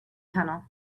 tunnel